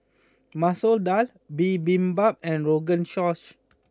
Masoor Dal Bibimbap and Rogan Josh